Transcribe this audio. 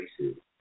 races